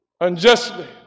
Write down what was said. unjustly